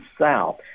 South –